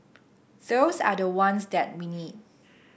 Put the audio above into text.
those are the ones that we need